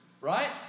Right